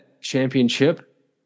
Championship